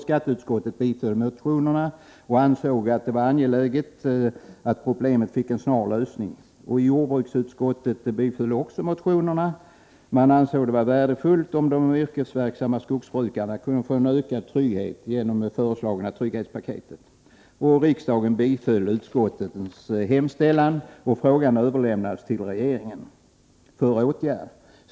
Skatteutskottet tillstyrkte motionerna och ansåg att det var angeläget att problemet fick en snar lösning. Jordbruksutskottet tillstyrkte också motionerna. Man ansåg det vara värdefullt att de yrkesverksamma skogsbrukarna kunde få en ökad trygghet genom det föreslagna trygghetspaketet. Riksdagen biföll utskottets hemställan, och frågan överlämnades till regeringen för åtgärd.